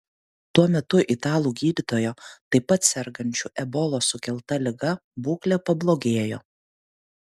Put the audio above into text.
tuo metu italų gydytojo taip pat sergančio ebolos sukelta liga būklė pablogėjo